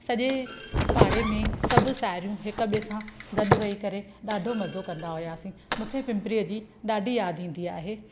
सॼे पाड़े में सभु साहेड़ियूं हिकु ॿिए सां गॾु वेई करे ॾाढो मज़ो कंदा हुआसीं मूंखे पिंपरीअ जी ॾाढी यादि ईंदी आहे